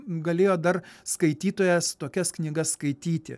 galėjo dar skaitytojas tokias knygas skaityti